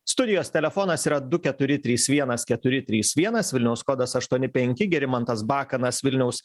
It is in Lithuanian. studijos telefonas yra du keturi trys vienas keturi trys vienas vilniaus kodas aštuoni penki gerimantas bakanas vilniaus